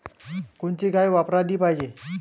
कोनची गाय वापराली पाहिजे?